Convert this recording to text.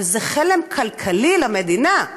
אבל זה חלם כלכלי למדינה,